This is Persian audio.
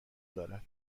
دارد